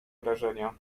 wrażenia